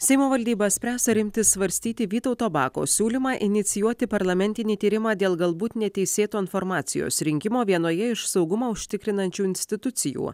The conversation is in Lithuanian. seimo valdyba spręs ar imti svarstyti vytauto bako siūlymą inicijuoti parlamentinį tyrimą dėl galbūt neteisėto informacijos rinkimo vienoje iš saugumą užtikrinančių institucijų